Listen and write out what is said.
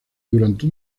durante